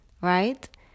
right